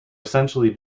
essentially